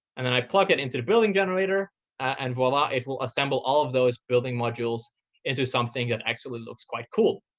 and then i plug it into the building generator and voila, it will assemble all of those building modules into something that actually looks quite cool.